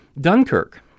Dunkirk